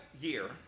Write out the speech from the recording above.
year